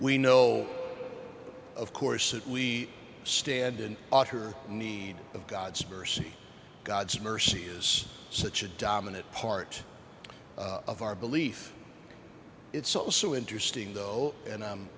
we know of course that we stand and utter need of god's mercy god's mercy is such a dominant part of our belief it's also interesting though and